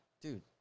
Dude